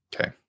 Okay